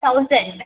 thousand